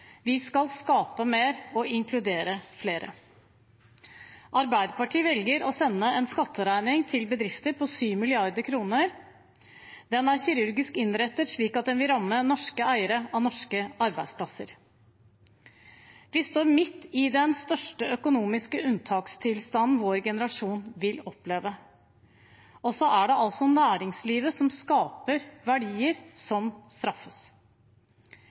Vi skal skape mer og inkludere flere. Arbeiderpartiet velger å sende en skatteregning til bedrifter på 7 mrd. kr. Den er kirurgisk innrettet slik at den vil ramme norske eiere av norske arbeidsplasser. Vi står midt i den største økonomiske unntakstilstanden vår generasjon vil oppleve, og så er det altså næringslivet, som skaper verdier, som straffes.